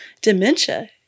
dementia